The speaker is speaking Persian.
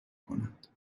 کنند